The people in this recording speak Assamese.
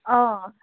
অঁ